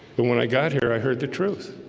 but when i got here i heard the truth.